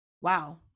wow